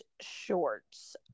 shorts